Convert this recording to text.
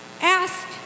Ask